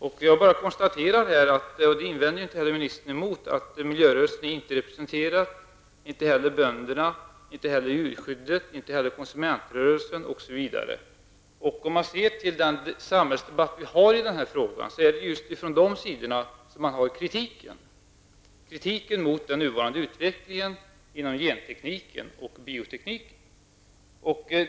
Jag har bara konstaterat -- vilket justitieministern inte heller vände sig emot -- att miljörörelsen, bönderna, djurskyddet, konsumentrörelsen m.fl. intresseorganisationer inte var representerade. Om man ser till dagens samhällsdebatt i denna fråga är det just från dessa organisationer som kritiken mot den nuvarande utvecklingen inom gentekniken och biotekniken kommer.